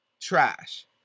Trash